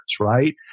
right